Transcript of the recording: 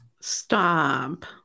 stop